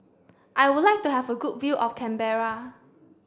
I would like to have a good view of Canberra